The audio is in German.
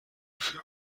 für